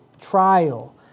trial